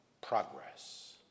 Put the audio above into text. progress